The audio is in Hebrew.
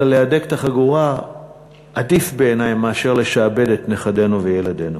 אלא להדק את החגורה עדיף בעיני מאשר לשעבד את נכדינו וילדינו.